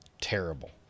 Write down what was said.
terrible